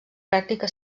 pràctica